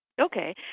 Okay